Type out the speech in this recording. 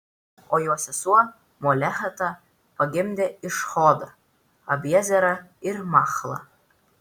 o jo sesuo molecheta pagimdė išhodą abiezerą ir machlą